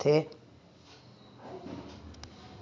जून जुलाई म कोन कौन से फसल ल बोआई करथे?